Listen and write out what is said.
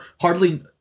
Hardly